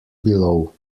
below